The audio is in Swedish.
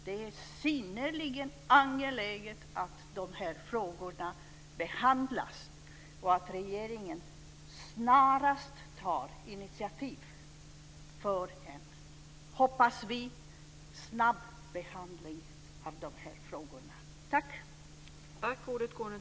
Det är synnerligen angeläget att de här frågorna behandlas och att regeringen snarast tar initiativ till en, hoppas vi, snabb behandling av dem.